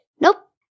nope